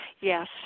Yes